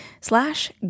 slash